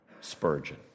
Spurgeon